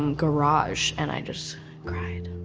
um garage and i just cried.